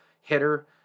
hitter